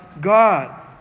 God